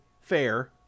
Fair